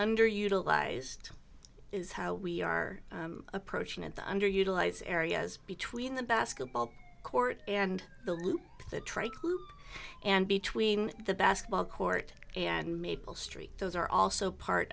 underutilized is how we are approaching an underutilized areas between the basketball court and the trike and between the basketball court and maple street those are also part